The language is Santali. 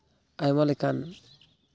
ᱟᱭᱢᱟ ᱞᱮᱠᱟᱱ